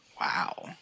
Wow